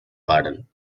pardon